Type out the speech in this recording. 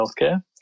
healthcare